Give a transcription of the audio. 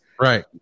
Right